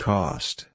Cost